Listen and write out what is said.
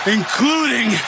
Including